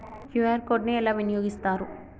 QR code ని ఎలా వినియోగిస్తారు?